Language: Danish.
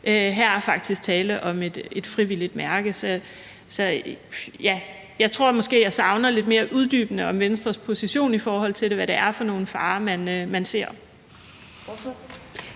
Her er faktisk tale om et frivilligt mærke. Så jeg tror, at jeg måske savner noget lidt mere uddybende om Venstres position i forhold til det, altså hvad det er for nogle farer, man ser.